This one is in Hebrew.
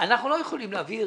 אנחנו לא יכולים להעביר